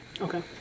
Okay